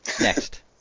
Next